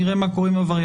נראה מה קורה עם הווריאנט.